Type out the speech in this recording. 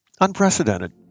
Unprecedented